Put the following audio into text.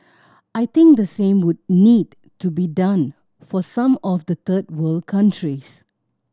I think the same would need to be done for some of the third world countries